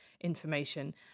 information